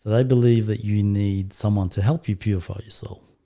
they believe that you need someone to help you purify yourself